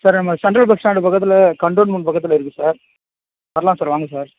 sir நம்ம central bus stand பக்கத்தில் control room பக்கத்தில் இருக்கு சார் வரலாம் சார் வாங்க சார்